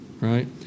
right